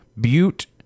Butte